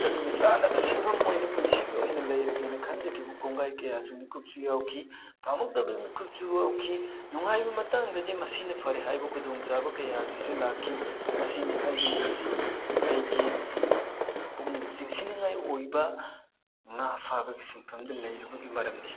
ꯑꯗꯨꯒ ꯆꯥꯅꯕ ꯁꯤꯟꯐꯝ ꯑꯣꯏꯅ ꯄꯨꯟꯁꯤꯒꯤ ꯑꯣꯏꯅ ꯂꯩꯔꯒꯦꯅ ꯈꯟꯖꯈꯤꯕ ꯀꯣꯡꯒꯥꯏ ꯀꯌꯥꯁꯨ ꯃꯤꯀꯨꯞꯁꯨ ꯌꯥꯎꯈꯤ ꯄꯥꯝꯃꯛꯇꯕ ꯃꯤꯀꯨꯞꯁꯨ ꯌꯥꯎꯈꯤ ꯅꯨꯡꯉꯥꯏꯕ ꯃꯇꯥꯡꯗꯗꯤ ꯃꯁꯤꯅ ꯐꯔꯦ ꯍꯥꯏꯕ ꯈꯨꯗꯣꯡ ꯆꯥꯕ ꯀꯌꯥꯁꯤꯁꯨ ꯂꯥꯛꯈꯤ ꯃꯁꯤꯅꯤ ꯍꯥꯏꯖꯅꯤꯡꯉꯤꯁꯤ ꯑꯩꯒꯤ ꯄꯨꯛꯅꯤꯡ ꯆꯤꯡꯁꯤꯟꯅꯤꯉꯥꯏ ꯑꯣꯏꯕ ꯉꯥ ꯐꯥꯕꯒꯤ ꯁꯤꯟꯐꯝꯗ ꯂꯩꯔꯨꯕꯒꯤ ꯃꯔꯝꯗꯤ